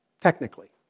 technically